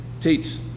teach